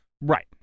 right